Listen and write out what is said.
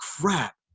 crap